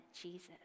Jesus